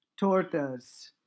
tortas